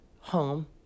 home